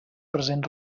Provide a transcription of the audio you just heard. present